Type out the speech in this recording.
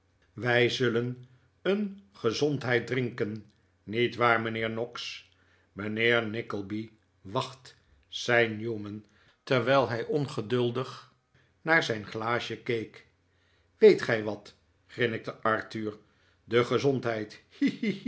wij zullen een gezondheid drinken niet waar mijnheer noggs mijnheer nickleby wacht zei newman terwijl hij ongeduldig naar zijn glaasje keek weet gij wat grinnikte arthur de gezondheid